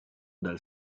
del